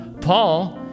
Paul